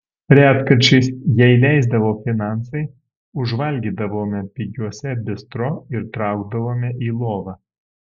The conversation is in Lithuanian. retkarčiais jei leisdavo finansai užvalgydavome pigiuose bistro ir traukdavome į lovą